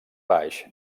baix